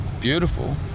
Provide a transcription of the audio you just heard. beautiful